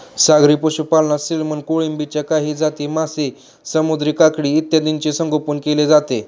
सागरी पशुपालनात सॅल्मन, कोळंबीच्या काही जाती, मासे, समुद्री काकडी इत्यादींचे संगोपन केले जाते